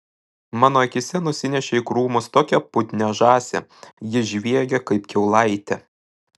mano akyse nusinešė į krūmus tokią putnią žąsį ji žviegė kaip kiaulaitė